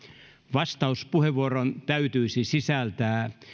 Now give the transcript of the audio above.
vastauspuheenvuoron täytyisi sisältää